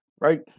right